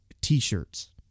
t-shirts